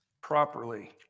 properly